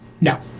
no